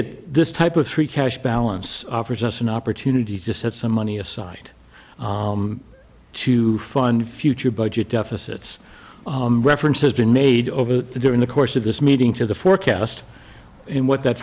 it this type of three cash balance offers us an opportunity to set some money aside to fund future budget deficits reference has been made over during the course of this meeting to the forecast and what that